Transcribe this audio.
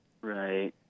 Right